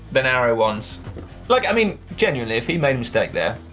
the narrow ones. like i mean, genuinely, if he made a mistake there,